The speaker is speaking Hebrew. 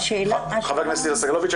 ח"כ סגלוביץ'.